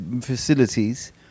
facilities